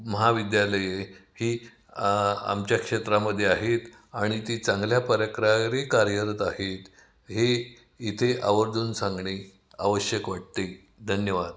महाविद्यालये ही आमच्या क्षेत्रामध्ये आहेत आणि ती चांगल्या परक्राने कार्यरत आहेत हे इथे आवर्जून सांगणे आवश्यक वाटते धन्यवाद